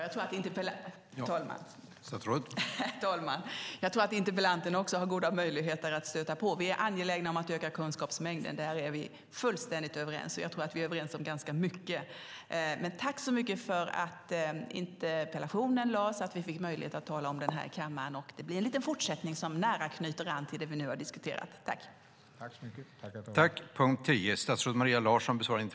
Herr talman! Jag tror att interpellanten också har goda möjligheter att stöta på. Vi är angelägna om att öka kunskapsmängden. Där är vi fullständigt överens, och jag tror att vi är överens om ganska mycket. Tack så mycket för att interpellationen ställdes så att vi fick möjlighet att tala om den här i kammaren. Det blir en liten fortsättning som nära knyter an till det vi nu har diskuterat.